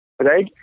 Right